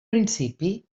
principi